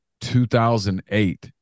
2008